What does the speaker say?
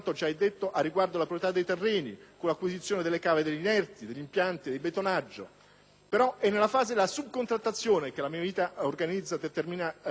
però nella fase della subcontrattazione che la malavita organizzata determina il suo massimo interesse per controllare o tentare di controllare ogni forma di cessione a terzi.